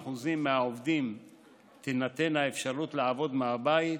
ל-20% מהעובדים תינתן אפשרות לעבוד מהבית,